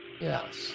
Yes